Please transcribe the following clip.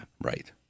Right